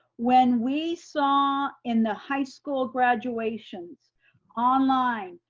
when we saw in the high school graduations online,